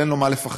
אין לו מה לפחד.